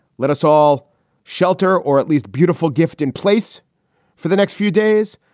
let us all shelter or at least beautiful gift in place for the next few days.